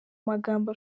magambo